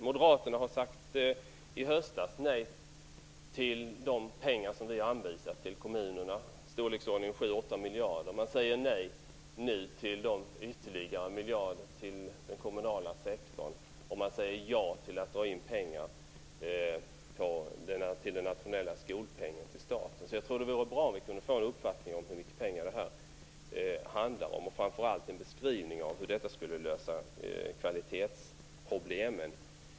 I höstas sade moderaterna nej till de pengar som vi har anvisat till kommunerna, i storleksordningen 7-8 miljarder. Nu säger man nej till ytterligare miljarder till den kommunala sektorn och man säger ja till att dra in medel för den nationella skolpengen till staten. Det vore bra om vi kunde få en uppfattning om hur mycket pengar det här handlar om och framför allt en beskrivning av hur detta skulle lösa kvalitetsproblemen.